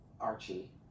Archie